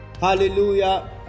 Hallelujah